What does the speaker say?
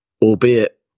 Albeit